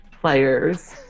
players